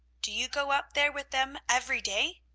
do you go up there with them every day?